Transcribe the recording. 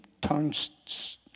tongues